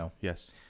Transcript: Yes